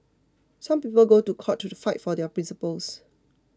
some people go to court to fight for their principles